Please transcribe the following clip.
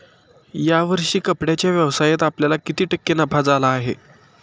या वर्षी कपड्याच्या व्यवसायात आपल्याला किती टक्के नफा झाला आहे?